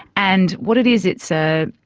and what it is, it's a,